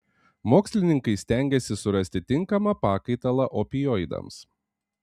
mokslininkai stengiasi surasti tinkamą pakaitalą opioidams